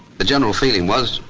the general feeling was,